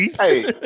Hey